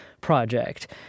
Project